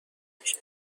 میشه